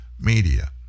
Media